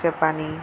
জাপানি